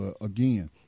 again